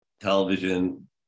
television